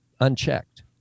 unchecked